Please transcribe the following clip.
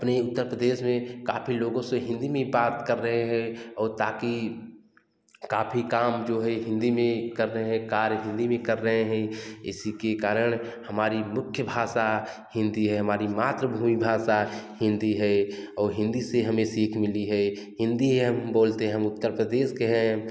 अपने उत्तर प्रदेश में काफ़ी लोगों से हिंदी में ही बात कर रहे हैं और ताकि काफ़ी काम जो है हिंदी में कर रहे हैं कार्य हिंदी में ही कर आ रहे हैं इसी के कारण हमारी मुख्य भाषा हिंदी है हमारी मात्र भूमि भाषा हिंदी है और हिंदी से हमें सीख मिली है हिंदी ही हम बोलते हैं हम उत्तर प्रदेश के हैं